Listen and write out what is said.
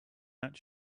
not